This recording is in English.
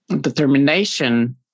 determination